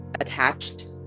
attached